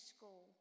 School